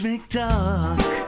McDuck